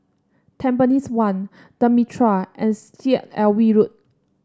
Tampines One The Mitraa and Syed Alwi Road